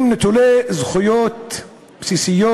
הם נטולי זכויות בסיסיות.